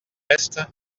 est